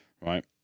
Right